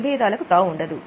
విభేదాలకు తావుండదు